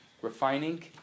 refining